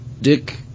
dick